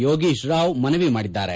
ಯೋಗೀಶ್ರಾವ್ ಮನವಿ ಮಾಡಿದ್ದಾರೆ